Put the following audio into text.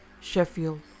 sheffield